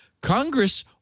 Congress